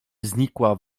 znikła